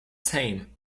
same